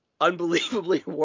unbelievably